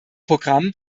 programm